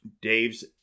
Dave's